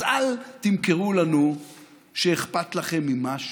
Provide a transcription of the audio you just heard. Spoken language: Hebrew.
אז אל תמכרו לנו שאכפת לכם ממשהו,